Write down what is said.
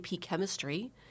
chemistry